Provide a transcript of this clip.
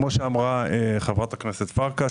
כמו שאמרה חברת הכנסת פרקש,